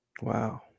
wow